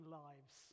lives